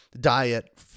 diet